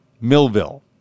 Millville